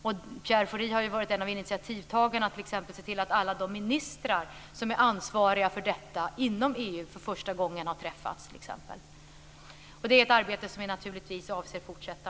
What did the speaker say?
Pierre Schori har varit en av initiativtagarna till att alla ministrar inom EU som är ansvariga för flyktingarbetet har träffats för första gången. Det är ett arbete som vi naturligtvis avser fortsätta.